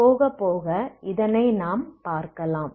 போக போக இதனை நாம் பார்க்கலாம்